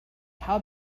how